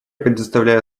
предоставляю